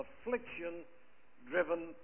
Affliction-driven